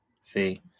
See